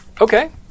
Okay